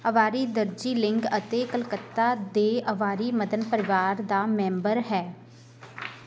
ਅਵਾਰੀ ਦਾਰਜੀਲਿੰਗ ਅਤੇ ਕਲਕੱਤਾ ਦੇ ਅਵਾਰੀ ਮਦਨ ਪਰਿਵਾਰ ਦਾ ਮੈਂਬਰ ਹੈ